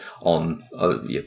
on